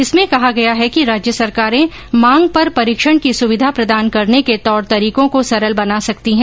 इसमें कहा गया है कि राज्य सरकारें मांग पर परीक्षण की सुविधा प्रदान करने के तौर तरीकों को सरल बना सकती है